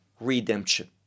redemption